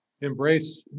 embrace